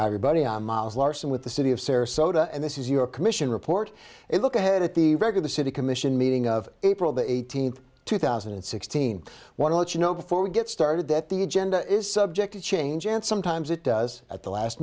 everybody on miles larsen with the city of sarasota and this is your commission report a look ahead at the regular city commission meeting of april the eighteenth two thousand and sixteen want to let you know before we get started that the agenda is subject to change and sometimes it does at the last